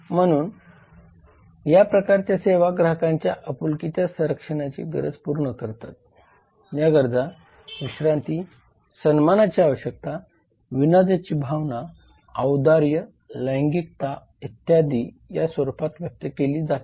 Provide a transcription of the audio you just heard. म्हणून या प्रकारच्या सेवा ग्राहकांच्या आपुलकीच्या संरक्षणाची गरज पूर्ण करतात या गरजा विश्रांती सन्मानाची आवश्यकता विनोदाची भावना औदार्य लैंगिकता इत्यादी या स्वरूपात व्यक्त केली जाते